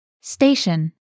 Station